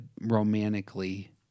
romantically